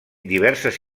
diverses